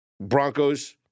Broncos